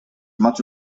much